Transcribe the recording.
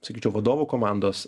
sakyčiau vadovų komandos